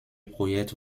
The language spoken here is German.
projekt